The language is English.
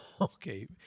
Okay